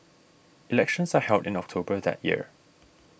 elections are held in October that year